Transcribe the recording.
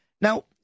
Now